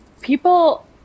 people